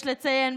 יש לציין,